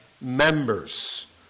members